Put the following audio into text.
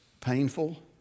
painful